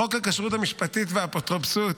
חוק הכשרות המשפטית והאפוטרופסות,